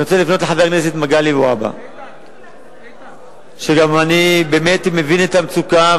אני רוצה לפנות אל חבר הכנסת מגלי ולומר שאני מבין את המצוקה.